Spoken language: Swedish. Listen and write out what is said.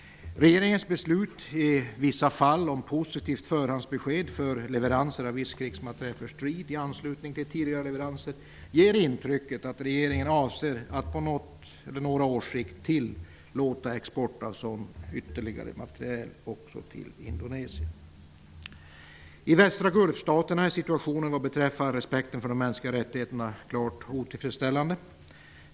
Regeringens beslut i vissa fall om positivt förhandsbesked för leveranser av viss krigsmateriel för strid i anslutning till tidigare leveranser ger intrycket att regeringen avser att på något eller några års sikt tillåta export av sådan materiel också till Indonesien. I västra Gulfstaterna är situationen vad beträffar respekten för de mänskliga rättigheterna klart otillfredsställande.